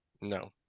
No